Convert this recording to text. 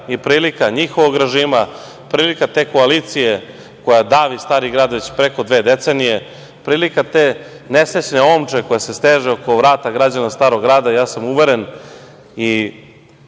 i prilika njihovog režima, prilika te koalicije koja davi Stari grad već preko dve decenije, prilika te nesrećne omče koja se steže oko vrata građana Starog grada. Ja sam uveren i